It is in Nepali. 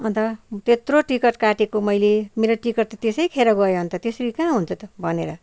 अन्त त्यत्रो टिकट काटेको मैले मेरो टिकट त त्यसै खेर गयो अन्त त्यसरी कहाँ हुन्छ त भनेर